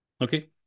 Okay